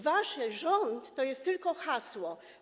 Wasz rząd to jest tylko hasło.